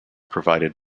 provided